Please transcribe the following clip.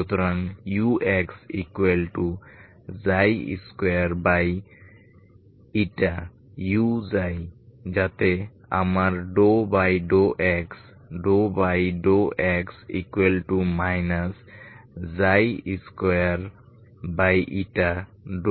yx22 সুতরাং ux2u যাতে আমার ∂x